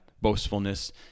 boastfulness